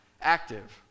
Active